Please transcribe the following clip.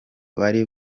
bari